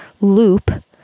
loop